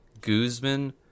Guzman